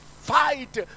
fight